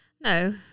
No